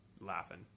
laughing